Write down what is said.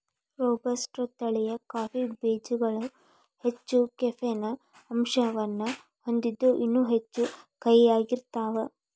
robusta ತಳಿಯ coffee ಬೇಜಗಳು ಹೆಚ್ಚ ಕೆಫೇನ್ ಅಂಶವನ್ನ ಹೊಂದಿದ್ದು ಇನ್ನೂ ಹೆಚ್ಚು ಕಹಿಯಾಗಿರ್ತಾವ